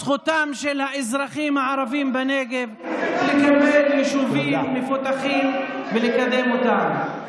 זכותם של האזרחים הערבים בנגב לקבל יישובים מפותחים ולקדם אותם.